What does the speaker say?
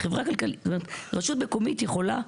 רשות מקומית יכולה,